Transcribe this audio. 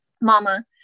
mama